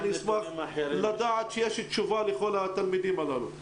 אני אשמח לדעת שיש תשובה לכל התלמידים הללו.